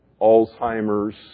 Alzheimer's